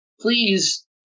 please